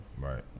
right